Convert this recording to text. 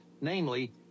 namely